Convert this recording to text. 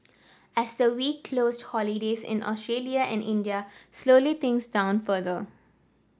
as the week closed holidays in Australia and India slowly things down further